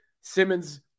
Simmons